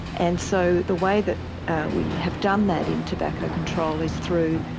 and so the way that we have done that in tobacco control is through